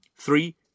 Three